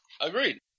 Agreed